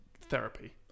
therapy